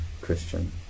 Christian